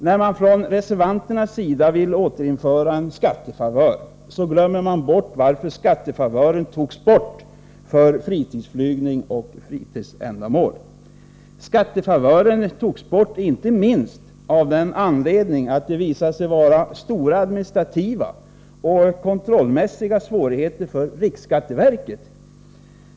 När man från reservanternas sida vill återinföra en skattefavör, glömmer man bort varför skattefavören togs bort för fritidsflygning och fritidsändamål. Skattefavören togs bort inte minst av den anledningen att den visade sig innebära stora administrativa och kontrollmässiga svårigheter för riksskatteverket.